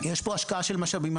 יש פה השקעה של משאבים.